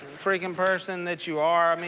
freakin' person that you are. i mean